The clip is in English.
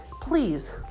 please